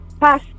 Pass